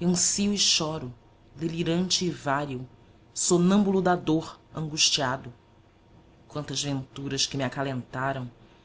e ansio e choro delirante e vário sonâmbulo da dor angustiado quantas venturas que me acalentaram